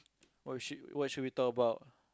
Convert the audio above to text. what we shit what should we talk about